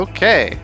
Okay